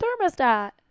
thermostat